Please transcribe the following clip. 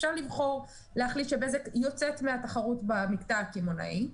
אפשר להחליט שבזק יוצאת מהתחרות במקטע הקמעונאי,